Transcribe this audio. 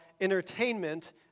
entertainment